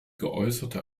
geäußerte